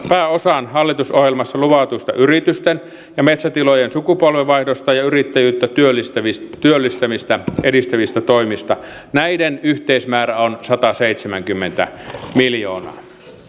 pääosan hallitusohjelmassa luvatuista yritysten ja metsätilojen sukupolvenvaihdosta ja yrittäjyyttä työllistämistä työllistämistä edistävistä toimista näiden yhteismäärä on sataseitsemänkymmentä miljoonaa